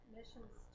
Missions